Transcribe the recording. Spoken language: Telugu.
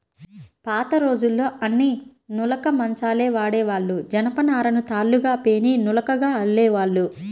పాతరోజుల్లో అన్నీ నులక మంచాలే వాడేవాళ్ళు, జనపనారను తాళ్ళుగా పేని నులకగా అల్లేవాళ్ళు